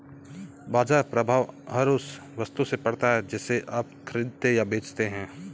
बाज़ार प्रभाव हर उस वस्तु से पड़ता है जिसे आप खरीदते या बेचते हैं